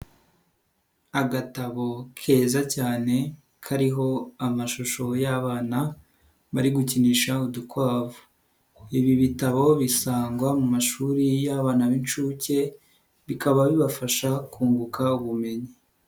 Agatabo keza cyane kariho amashusho y'abana bari gukinisha udukwavu, ibi bitabo bisangwa mu mashuri y'abana b'inshuke bikaba bibafasha kunguka ubumenyi.